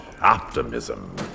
optimism